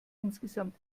insgesamt